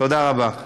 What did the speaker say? תודה רבה.